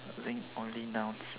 using only nouns